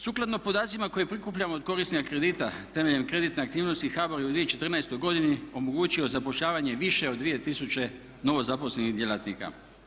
Sukladno podacima koje prikupljamo od korisnika kredita temeljem kreditne aktivnosti HBOR je u 2o14. godini omogućio zapošljavanje više od 2000 novozaposlenih djelatnika.